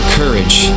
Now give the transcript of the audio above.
courage